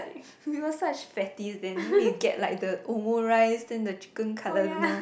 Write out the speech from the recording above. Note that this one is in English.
we were such fatties then we get like the omurice then the chicken-cutlet don't know